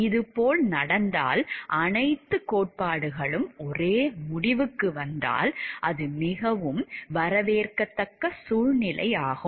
இது போல் நடந்தால் அனைத்து கோட்பாடுகளும் ஒரே முடிவுக்கு வந்தால் அது மிகவும் வரவேற்கத்தக்க சூழ்நிலையாகும்